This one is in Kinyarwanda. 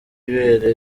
ibere